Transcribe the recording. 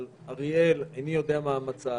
אבל אריאל, איני יודע מה המצב,